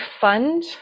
fund